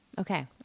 Okay